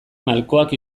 malkoak